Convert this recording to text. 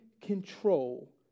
control